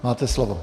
Máte slovo.